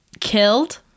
Killed